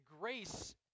grace